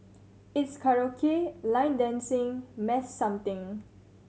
it's karaoke line dancing mass something